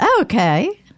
Okay